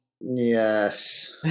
Yes